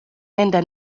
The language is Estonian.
nende